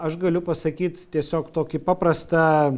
aš galiu pasakyt tiesiog tokį paprastą